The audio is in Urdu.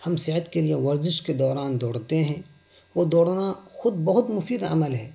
ہم صحت کے لیے ورزش کے دوران دوڑتے ہیں وہ دوڑنا خود بہت مفید عمل ہے